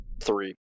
three